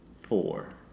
four